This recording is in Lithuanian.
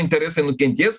interesai nukentės